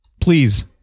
Please